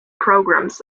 programmes